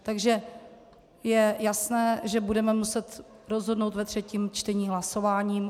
Takže je jasné, že budeme muset rozhodnout ve třetím čtení hlasováním.